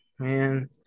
Man